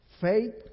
Faith